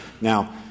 Now